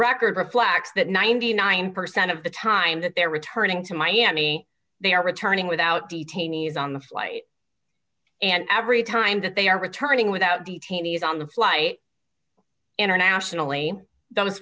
record reflects that ninety nine percent of the time that they're returning to miami they are returning without detainees on the flight and every time that they are returning without detainee's on the fly internationally